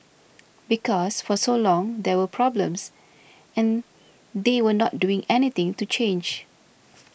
because for so long there were problems and they were not doing anything to change